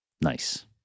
nice